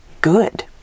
good